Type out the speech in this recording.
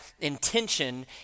intention